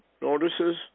notices